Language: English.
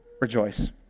rejoice